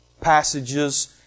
passages